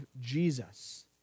Jesus